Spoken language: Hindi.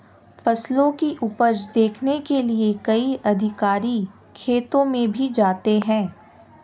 फसलों की उपज देखने के लिए कई अधिकारी खेतों में भी जाते हैं